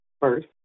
First